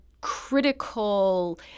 critical